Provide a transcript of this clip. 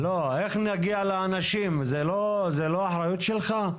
לא, איך נגיע לאנשים, זו לא אחריות שלך?